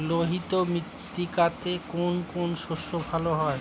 লোহিত মৃত্তিকাতে কোন কোন শস্য ভালো হয়?